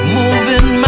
moving